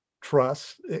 trust